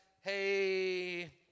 hey